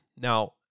Now